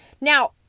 Now